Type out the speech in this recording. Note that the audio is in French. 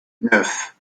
neuf